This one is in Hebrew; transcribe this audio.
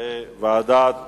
לוועדת הכספים.